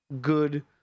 good